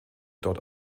dort